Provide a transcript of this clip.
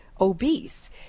obese